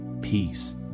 peace